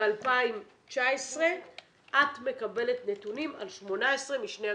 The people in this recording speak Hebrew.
2019 את מקבלת נתונים על 2018 משני הגופים.